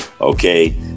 Okay